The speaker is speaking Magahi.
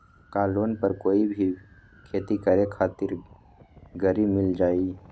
का लोन पर कोई भी खेती करें खातिर गरी मिल जाइ?